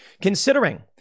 Considering